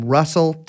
Russell